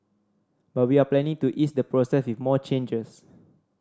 but we are planning to ease the process with more changes